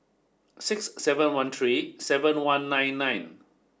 six seven one three seven one and nine nine